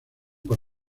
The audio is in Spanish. por